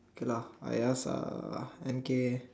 okay lah I ask uh M_K